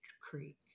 Creek